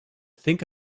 think